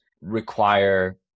require